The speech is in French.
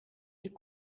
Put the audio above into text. est